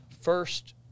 first